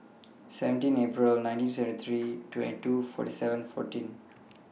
seventeen April nineteen seventy three twenty two forty seven fourteen